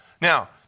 Now